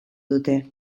dute